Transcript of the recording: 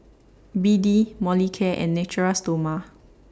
B D Molicare and Natura Stoma